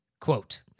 quote